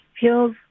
feels